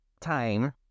time